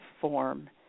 form